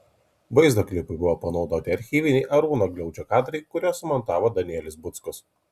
vaizdo klipui buvo panaudoti archyviniai arūno gliaudžio kadrai kuriuos sumontavo danielius buckus